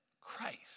Christ